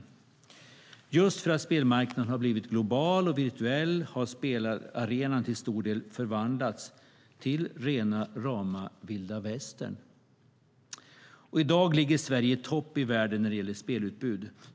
Just för att spelmarknaden har blivit global och virtuell har spelarenan till stor del förvandlats till rena rama vilda västern. I dag ligger Sverige i topp i världen när det gäller spelutbud.